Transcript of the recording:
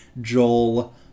Joel